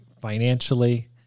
financially